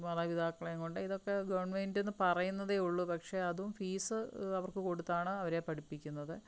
മാതാപിതാക്കളെയും കൊണ്ട് ഇതൊക്കെ ഗവൺമെൻറ്റന്ന് പറയുന്നതേ ഉള്ളു പക്ഷെ അതും ഫീസ് അവർക്ക് കൊടുത്താണ് അവരെ പഠിപ്പിക്കുന്നത്